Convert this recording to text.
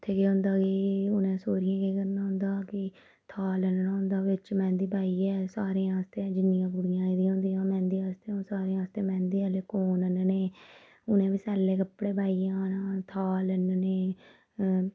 उत्थें केह् होंदा कि उनें सौह्रियें केह् करना होंदा कि थाल आह्ना होंदा बिच्च मैंह्दी पाइयै सारें आस्तै जिन्नियां कुड़ियां आंदियां न मैंह्दी आस्तै सारे आस्तै मैंह्दी आह्ले कोण आह्ने उ'नें बी सैले कपड़े पाइयै आना थाल आह्नने